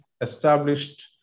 established